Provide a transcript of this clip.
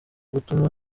gutuma